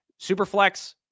Superflex